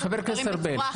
לעשות את הדברים בצורה אחראית,